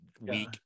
weak